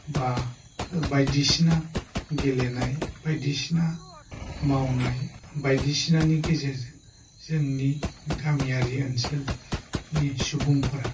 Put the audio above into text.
एबा बायदिसिना गेलेनाय बायदिसिना मावनाय बायदिसिनानि गेजेरजों जोंनि गामियारि ओनसोलनि सुबुंफोरा